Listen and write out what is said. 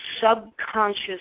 subconscious